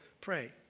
pray